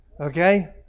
okay